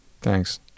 Thanks